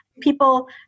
people